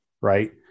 Right